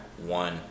one